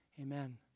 amen